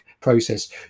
process